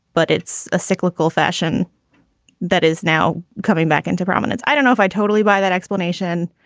but it's a cyclical fashion that is now coming back into prominence. i don't know if i totally buy that explanation.